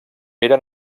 era